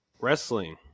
wrestling